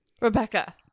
Rebecca